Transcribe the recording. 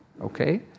Okay